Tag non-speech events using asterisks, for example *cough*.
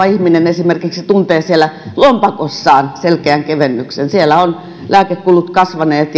*unintelligible* ihminen esimerkiksi tuntee siellä lompakossaan selkeän kevennyksen siellä ovat lääkekulut kasvaneet *unintelligible*